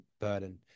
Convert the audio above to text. burden